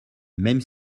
même